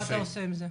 מה אתה עושה עם זה?